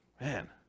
man